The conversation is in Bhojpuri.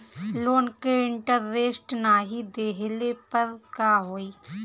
लोन के इन्टरेस्ट नाही देहले पर का होई?